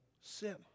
sin